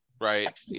Right